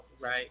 Right